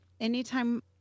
Anytime